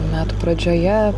metų pradžioje